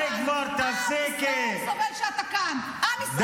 עם ישראל סובל שאתה כאן, עם ישראל, והחיילים שלי.